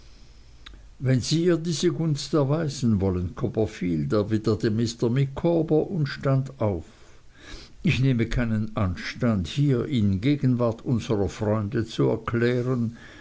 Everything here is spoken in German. wenn sie ihr diese gunst erweisen wollen copperfield erwiderte mr micawber und stand auf ich nehme keinen anstand hier in gegenwart unserer freunde zu erklären